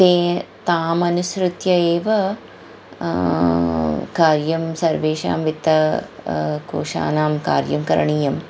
ते तामनुसृत्य एव कार्यं सर्वेषां वित्त कोशानां कार्यं करणीयम्